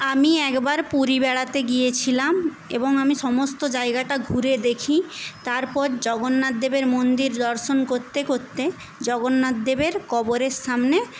আমি একবার পুরী বেড়াতে গিয়েছিলাম এবং আমি সমস্ত জায়গাটা ঘুরে দেখি তারপর জগন্নাথ দেবের মন্দির দর্শন করতে করতে জগন্নাথ দেবের কবরের সামনে